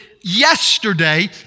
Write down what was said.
yesterday